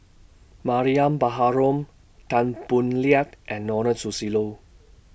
Mariam Baharom Tan Boo Liat and Ronald Susilo